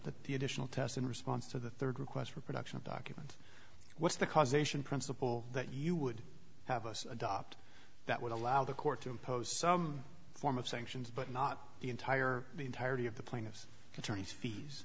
that the additional tests in response to the third request for production of documents what's the causation principle that you would have us adopt that would allow the court to impose some form of sanctions but not the entire entirety of the plaintiff's attorneys fees